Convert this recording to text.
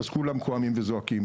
אז כולם קמים וזועקים.